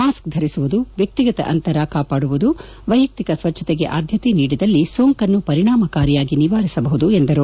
mask ಧರಿಸುವುದು ವ್ಯಕ್ತಿಗತ ಅಂತರ ಕಾಪಾಡಿ ವೈಯಕ್ತಿಕ ಸ್ವಚ್ಛಕೆಗೆ ಅದ್ಯತೆ ನೀಡಿದಲ್ಲಿ ಸೋಂಕನ್ನು ಪರಿಣಾಮಕಾರಿಯಾಗಿ ನಿವಾರಿಸಬಹುದು ಎಂದರು